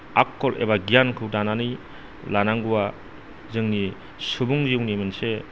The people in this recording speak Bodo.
आखल एबा गियानखौ दानानै लानांगौआ जोंनि सुबुं जिउनि मोनसे